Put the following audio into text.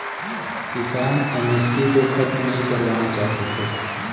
किसान एम.एस.पी को खत्म नहीं करवाना चाहते थे